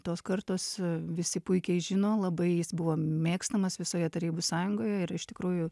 tos kartos visi puikiai žino labai jis buvo mėgstamas visoje tarybų sąjungoj ir iš tikrųjų